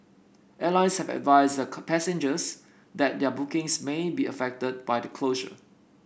airlines have advised their passengers that their bookings may be affected by the closure